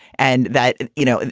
and that, you know,